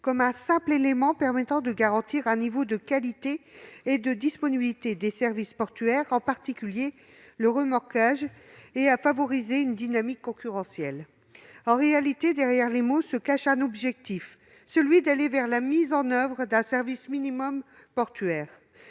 comme un simple dispositif permettant de garantir un niveau de qualité et de disponibilité des services portuaires, en particulier du remorquage, et de favoriser une dynamique concurrentielle. En réalité, derrière les mots se cache un objectif, celui d'aller vers la mise en oeuvre d'un service minimum portuaire,